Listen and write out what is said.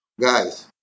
guys